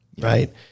right